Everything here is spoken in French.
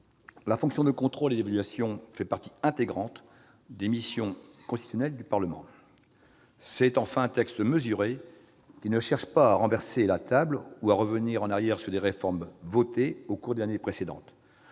La fonction de contrôle et d'évaluation fait partie intégrante des missions constitutionnelles du Parlement. C'est, enfin, un texte mesuré, dont les auteurs cherchent non pas à renverser la table ou à revenir sur les réformes votées au cours des années précédentes,